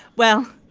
well,